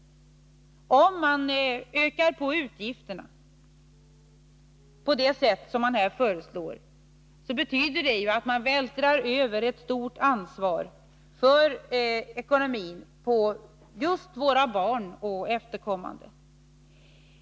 Om man ökar på utgifterna på det sätt som vpk föreslår betyder det att man vältrar över ett stort ansvar för ekonomin just på våra barn och efterkommande.